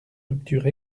ruptures